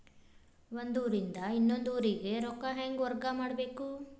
ಒಂದ್ ಊರಿಂದ ಇನ್ನೊಂದ ಊರಿಗೆ ರೊಕ್ಕಾ ಹೆಂಗ್ ವರ್ಗಾ ಮಾಡ್ಬೇಕು?